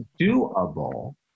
doable